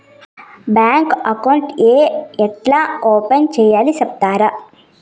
Bank account ఏ ఎట్లా open సేయాలి సెప్తారా?